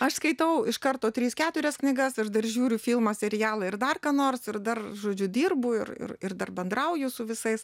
aš skaitau iš karto tris keturias knygas aš dar žiūriu filmą serialą ir dar ką nors ir dar žodžiu dirbu ir ir ir dar bendrauju su visais